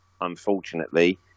unfortunately